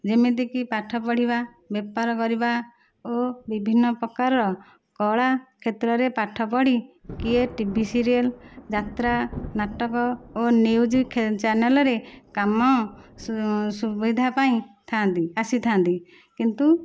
ଯେମିତିକି ପାଠ ପଢ଼ିବା ବେପାର କରିବା ଆଉ ବିଭିନ୍ନ ପ୍ରକାର କଳା କ୍ଷେତ୍ରରେ ପାଠ ପଢ଼ି କିଏ ଟିଭି ସିରିୟଲ ଯାତ୍ରା ନାଟକ ଓ ନିୟୁଜ ଚ୍ୟାନେଲରେ କାମ ସୁବିଧା ପାଇଁ ଥାଆନ୍ତି ଆସିଥାନ୍ତି କିନ୍ତୁ